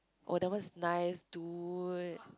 oh that one's nice dude